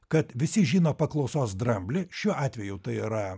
kad visi žino paklausos dramblį šiuo atveju tai yra